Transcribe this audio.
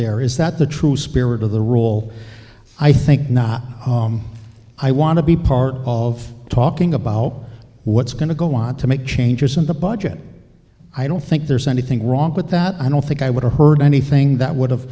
there is that the true spirit of the rule i think not i want to be part of talking about what's going to go want to make changes in the budget i don't think there's anything wrong with that i don't think i would have heard anything that would have